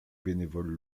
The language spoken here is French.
bénévoles